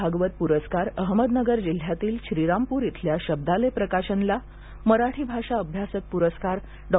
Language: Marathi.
भागवत पुरस्कार अहमदनगर जिल्ह्यातील श्रीरामपूर इथल्या शब्दालय प्रकाशनला मराठी भाषा अभ्यासक पूरस्कार डॉ